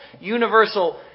universal